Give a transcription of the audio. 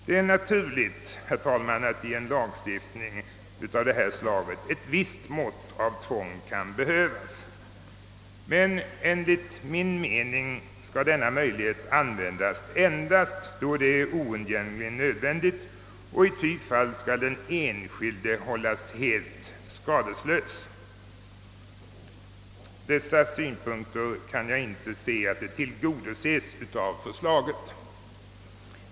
Det är naturligt, herr talman, att i en lagstiftning av detta slag ett visst mått av tvång kan behövas, men enligt min mening skall denna möjlighet användas endast då det är oundgängligen nödvändigt, och i sådant fall skall den enskilde hållas helt skadeslös. Jag kan inte se att dessa synpunkter tillgodoses av förslaget.